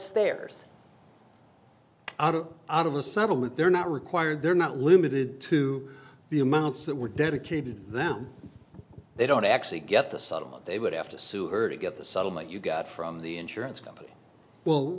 theirs out of the settlement they're not required they're not limited to the amounts that were dedicated to them they don't actually get the satellite they would have to sue her to get the settlement you got from the insurance company will